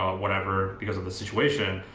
whatever, because of the situation,